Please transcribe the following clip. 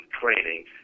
training